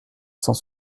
cent